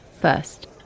first